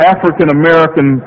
African-American